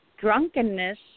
drunkenness